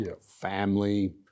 family